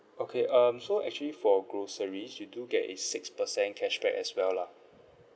okay um so actually for groceries you do get a six per cent cashback as well lah